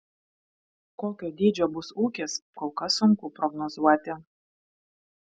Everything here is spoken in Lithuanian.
kokio dydžio bus ūkis kol kas sunku prognozuoti